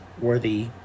worthy